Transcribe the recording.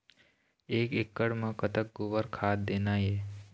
एक एकड़ म कतक गोबर खाद देना ये?